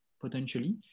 potentially